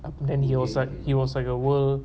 then he was like he was like a world